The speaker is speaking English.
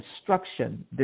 instruction